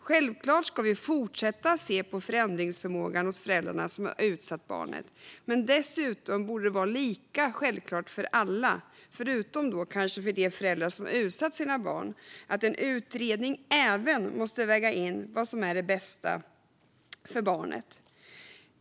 Självklart ska vi fortsätta se på förändringsförmågan hos föräldrarna som utsatt barnet för detta. Men dessutom borde det vara lika självklart för alla, förutom då kanske för de föräldrar det gäller, att en utredning även måste väga in vad som är det bästa för barnet.